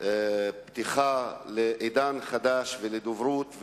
פתיחה של עידן חדש ושל דוברות,